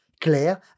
Claire